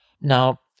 Now